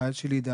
חייל של עידן,